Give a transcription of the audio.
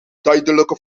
duidelijke